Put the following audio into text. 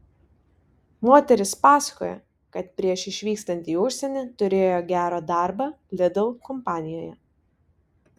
moteris pasakoja kad prieš išvykstant į užsienį turėjo gerą darbą lidl kompanijoje